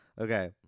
Okay